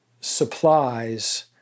supplies